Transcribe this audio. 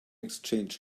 exchange